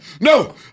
no